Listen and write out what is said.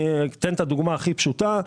אני אתן את הדוגמה הכי פשוטה.